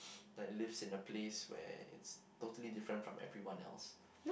like lives in a place where it's totally different from everyone else